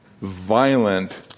violent